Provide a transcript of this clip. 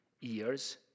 years